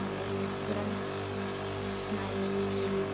आरो मानसिफ्रा माइ मिल